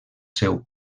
seu